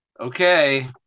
Okay